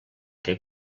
que